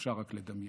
אפשר רק לדמיין.